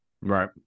Right